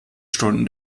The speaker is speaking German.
stunden